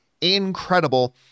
incredible